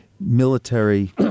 military